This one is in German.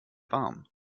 warm